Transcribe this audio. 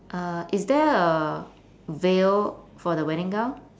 uh is there a veil for the wedding gown